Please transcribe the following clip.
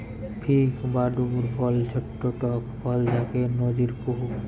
fig বা ডুমুর ফল ছট্ট টক ফল যাকে নজির কুহু